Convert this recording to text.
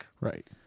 right